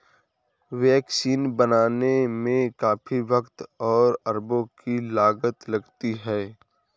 vaccine बनाने में काफी वक़्त और अरबों की लागत लगती है